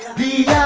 the